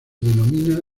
denomina